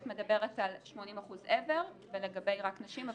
את מדברת על 80% אבר ולגבי רק נשים.